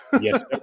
Yes